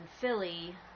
Philly